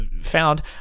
found